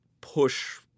push